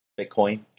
Bitcoin